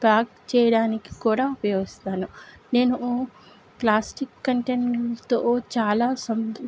pack చేయడానికి కూడా ఉపయోగిస్తాను నేను ప్లాస్టిక్ కంటెంట్ తో చాలా సంతుప్త్